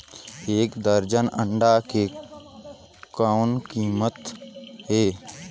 एक दर्जन अंडा के कौन कीमत हे?